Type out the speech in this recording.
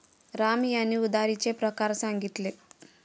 राम यांनी उधारीचे प्रकार सांगितले